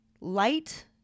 light